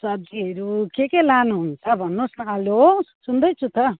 सब्जीहरू के के लानु हुन्छ भन्नु होस् न हेलो सुन्दैछु त